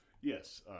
Yes